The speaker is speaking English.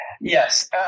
Yes